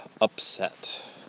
upset